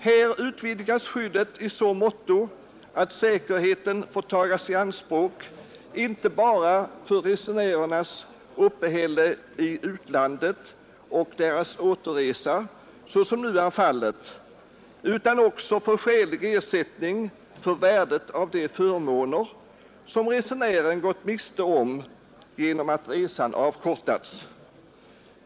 Här utvidgas skyddet i så måtto att säkerheten får tagas i anspråk inte bara för resenärernas uppehälle i utlandet och deras återresa såsom nu är fallet, utan också till skälig ersättning för värdet av de förmåner, som resenären gått miste om genom att resan avkortats.